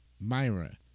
Myra